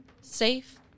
safe